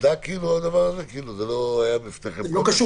קשור